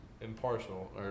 impartial